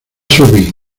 subir